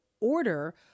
order